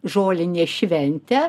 žolinės šventę